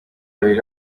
abiri